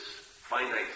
finite